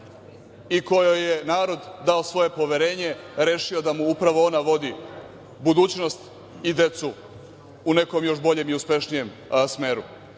i kojoj je narod dao svoje poverenje rešio da mu upravo ona vodi budućnost i decu u nekom još boljem i uspešnijem smeru.33/2